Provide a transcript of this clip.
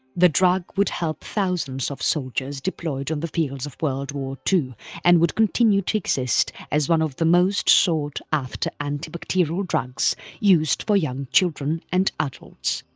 the drug would help thousands of soldiers deployed on the fields of world war two and would continue to exist as one of the most sought after anti-bacterial drugs used for young children and adults.